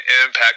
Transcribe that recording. impact